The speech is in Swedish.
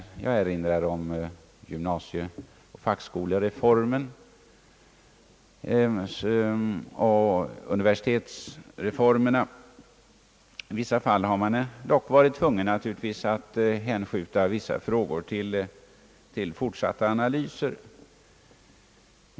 Jag erinrar om gymnasie-, fackskoleoch universitetsreformerna. I vissa fall har man dock naturligtvis varit tvungen att hänskjuta frågor till fortsatta analyser.